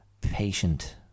patient